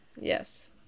Yes